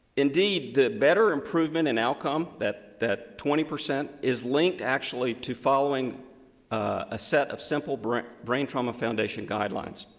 indeed, the better improvement and outcome that that twenty percent is linked actually to following a set of simple brain brain trauma foundation guidelines.